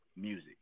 music